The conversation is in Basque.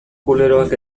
kuleroak